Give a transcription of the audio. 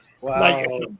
Wow